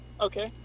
Okay